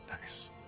Nice